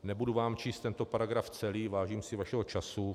Nebudu vám číst tento paragraf celý, vážím si vašeho času.